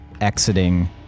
exiting